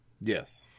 Yes